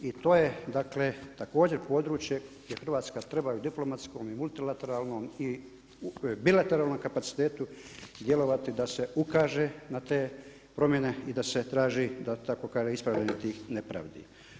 I to je dakle također područje gdje Hrvatska treba i diplomatskom i multilateralnom i bilateralnom kapacitetu djelovati da se ukaže na te promjene i da se traži da tako kažem ispravljanje tih nepravdi.